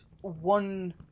one